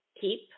keep